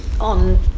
on